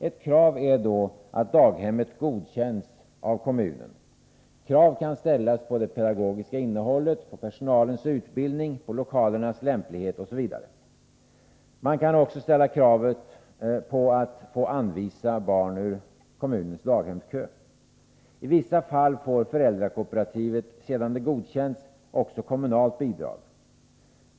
Ett krav är då att daghemmet godkänns av kommunen. Krav kan ställas på det pedagogiska innehållet, personalens utbildning, lokalernas lämplighet osv. Man kan också ställa krav på att få anvisa barn ur kommunens daghemskö. I vissa fall får föräldrakooperativet, sedan det godkänts, också kommunalt bidrag.